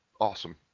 awesome